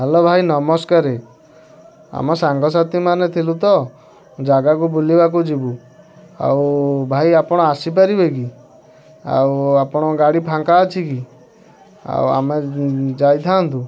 hello ଭାଇ ନମସ୍କାର ଆମ ସାଙ୍ଗସାଥିମାନେ ଥିଲୁ ତ ଜାଗାକୁ ବୁଲିବାକୁ ଯିବୁ ଆଉ ଭାଇ ଆପଣ ଆସି ପାରିବେ କି ଆଉ ଆପଣଙ୍କ ଗାଡ଼ି ଫାଙ୍କା ଅଛି କି ଆଉ ଆମେ ଯାଇଥାନ୍ତୁ